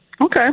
Okay